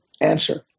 answer